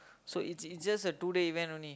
so it's it's just a two day event only